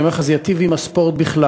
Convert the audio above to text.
ואני אומר לך שזה ייטיב עם הספורט בכלל.